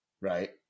Right